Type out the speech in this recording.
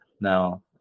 now